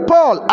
Paul